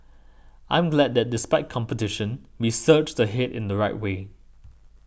I'm glad that despite competition we surged ahead in the right way